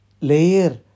layer